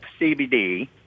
CBD